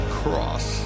cross